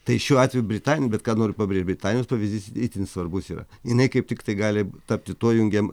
tai šiuo atveju britani bet ką noriu pabrėžt britanijos pavyzdys itin svarbus yra jinai kaip tiktai gali tapti tuo jungiam